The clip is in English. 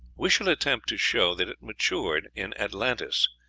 we shall attempt to show that it matured in atlantis,